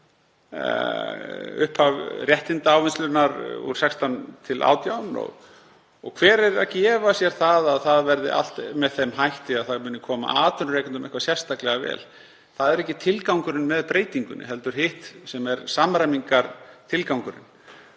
upphaf réttindaávinnslunnar úr 16 í 18 ár. Og hver er að gefa sér að þetta verði allt með þeim hætti að það komi atvinnurekendum eitthvað sérstaklega vel? Það er ekki tilgangurinn með breytingunni heldur hitt sem er samræmingartilgangurinn.